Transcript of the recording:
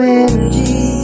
energy